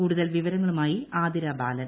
കൂടുതൽ വിവരങ്ങളുമായി ആതിരാ ബാലൻ